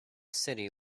city